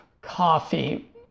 coffee